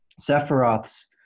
Sephiroth's